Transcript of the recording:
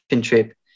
trip